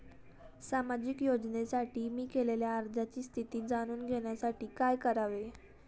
सामाजिक योजनेसाठी मी केलेल्या अर्जाची स्थिती जाणून घेण्यासाठी काय करावे?